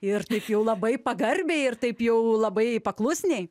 ir taip jau labai pagarbiai ir taip jau labai paklusniai